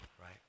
right